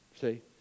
See